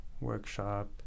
workshop